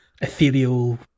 ethereal